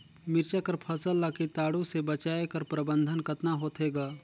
मिरचा कर फसल ला कीटाणु से बचाय कर प्रबंधन कतना होथे ग?